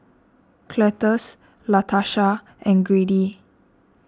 Cletus Latarsha and Grady